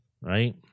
right